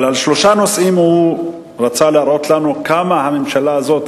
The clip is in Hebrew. אבל על שלושה נושאים הוא רצה להראות לנו כמה הממשלה הזאת,